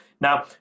Now